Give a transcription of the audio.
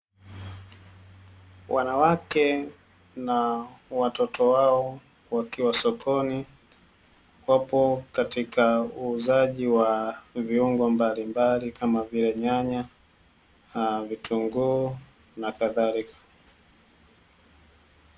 Wanawake na watoto wao wakiwa sokoni, wapo katika uuzaji wa viungo mbalimbali kama vile nyanya, vitunguu na kadhalika.